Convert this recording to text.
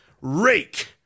Rake